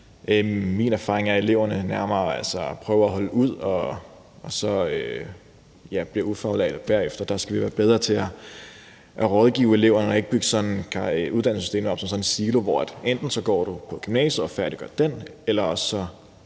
Min erfaring er, at eleverne snarere prøver at holde ud og så bliver ufaglærte bagefter. Der skal vi være bedre til at rådgive eleverne og ikke bygge uddannelsessystemet op som sådan en silo, hvor man enten går på gymnasiet og færdiggør det eller også